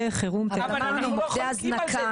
חירום --- אבל אנחנו לא חולקים על כך.